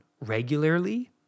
regularly